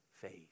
faith